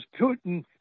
Putin